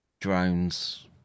drones